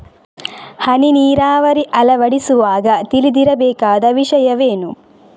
ಹನಿ ನೀರಾವರಿ ಅಳವಡಿಸುವಾಗ ತಿಳಿದಿರಬೇಕಾದ ವಿಷಯವೇನು?